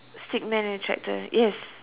stickman and tractor yes